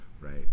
right